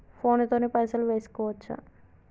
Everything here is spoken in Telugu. ఫోన్ తోని పైసలు వేసుకోవచ్చా?